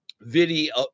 video